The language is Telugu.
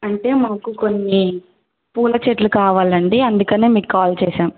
అంటే మాకు కొన్ని పూల చెట్లు కావాలండి అందుకనే మీకు కాల్ చేశాము